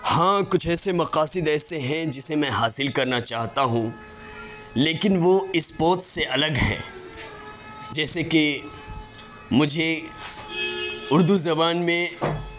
ہاں کچھ ایسے مقاصد ایسے ہیں جسے میں حاصل کرنا چاہتا ہوں لیکن وہ اس پوسٹ سے الگ ہیں جیسے کہ مجھے اردو زبان میں